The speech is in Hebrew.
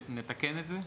נתקן את זה?